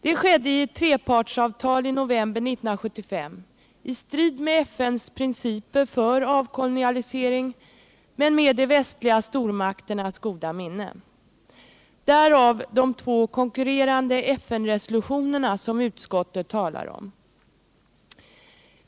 Detta skedde i ett trepartsavtal i november 1975, i strid med FN:s principer för avkolonialisering men med de västliga stormakternas goda minne. Därav de två konkurrerande FN-resolutionerna som utskottet talar om.